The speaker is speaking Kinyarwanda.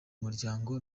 muryango